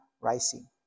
rising